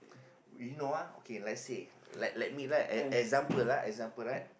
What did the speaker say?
you know ah okay let's say let let me right e~ example ah example right